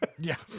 Yes